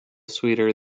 sweeter